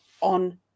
on